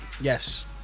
Yes